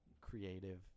creative